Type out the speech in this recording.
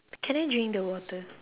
can I drink the water